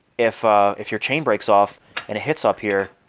if ah if your chain breaks off and it hits up here,